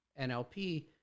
NLP